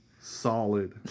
solid